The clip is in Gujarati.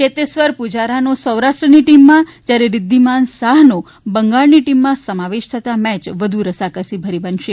ચેતેશ્વર પૂજારાનો સૌરાષ્ટ્રની ટીમમાં જ્યારે રિઘ્યિમાન સાહનો બંગાળની ટીમમાં સમાવેશ થતા મેચ વધુ રસક્સી ભરી બનશે